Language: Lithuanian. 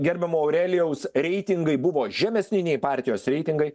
gerbiamo aurelijaus reitingai buvo žemesni nei partijos reitingai